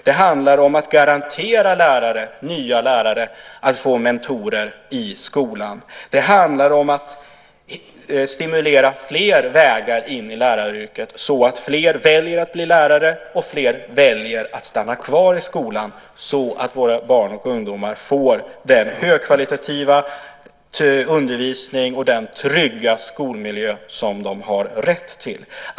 Det handlar om att garantera nya lärare att få mentorer i skolan. Det handlar om att stimulera fler vägar in i läraryrket, så att fler väljer att bli lärare och fler väljer att stanna kvar i skolan, så att våra barn och ungdomar får den högkvalitativa undervisning och den trygga skolmiljö som de har rätt till.